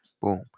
Boom